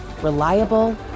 Reliable